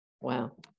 Wow